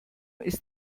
ist